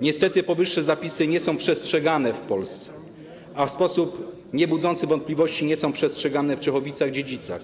Niestety powyższe zapisy nie są przestrzegane w Polsce, a w sposób niebudzący wątpliwości nie są przestrzegane w Czechowicach-Dziedzicach